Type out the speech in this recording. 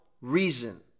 reason